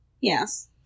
yes